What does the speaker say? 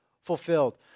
fulfilled